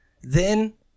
Then-